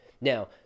Now